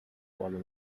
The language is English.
kuala